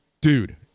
dude